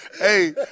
Hey